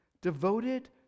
devoted